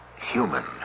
human